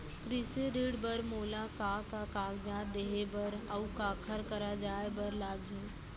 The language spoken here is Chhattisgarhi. कृषि ऋण बर मोला का का कागजात देहे बर, अऊ काखर करा जाए बर लागही?